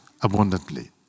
abundantly